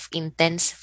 intense